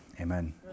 Amen